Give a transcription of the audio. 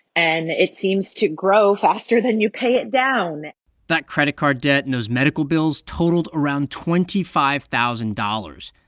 and it seems to grow faster than you pay it down that credit card debt and those medical bills totaled around twenty five thousand dollars.